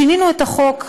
שינינו את החוק,